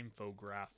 infograph